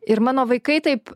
ir mano vaikai taip